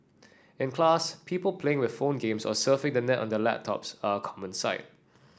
in class people playing with phone games or surfing the net on their laptops are a common sight